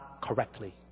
correctly